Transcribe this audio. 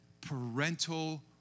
parental